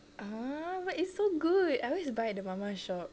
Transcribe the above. ah but it's so good I always buy at the mama shop